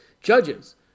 judges